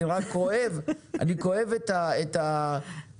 אני רק כואב את ההתייחסות.